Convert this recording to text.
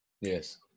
Yes